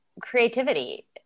creativity